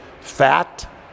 fat